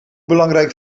belangrijk